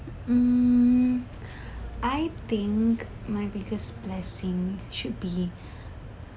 mm I think my biggest blessing should be